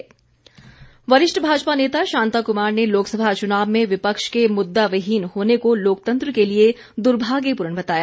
शांताकुमार वरिष्ठ भाजपा नेता शांता कुमार ने लोकसभा चुनाव में विपक्ष के मुद्दाविहिन होने को लोकतंत्र के लिए दुर्भाग्यपूर्ण बताया